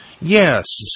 Yes